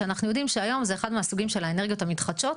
אנחנו יודעים שהיום זה אחד מהסוגים של האנרגיות המתחדשות,